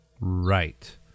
Right